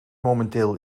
momenteel